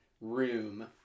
room